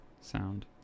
sound